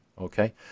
Okay